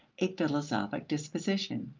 a philosophic disposition.